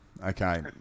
okay